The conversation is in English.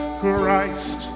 Christ